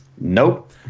Nope